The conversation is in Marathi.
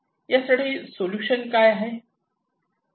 यासाठी सोल्युशन काय आहे